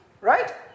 right